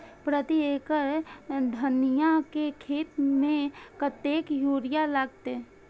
प्रति एकड़ धनिया के खेत में कतेक यूरिया लगते?